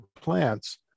plants